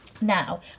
Now